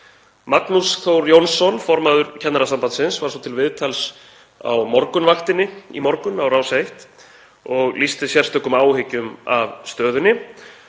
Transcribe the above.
Magnús Þór Jónsson, formaður Kennarasambandsins, var svo til viðtals á Morgunvaktinni í morgun á Rás 1 og lýsti sérstökum áhyggjum af stöðunni.